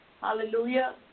Hallelujah